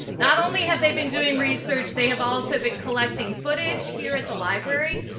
not only have they been doing research. they have also been collecting footage here at the library.